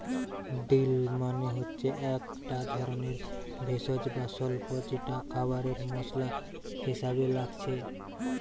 deal মানে হচ্ছে একটা ধরণের ভেষজ বা স্বল্প যেটা খাবারে মসলা হিসাবে লাগছে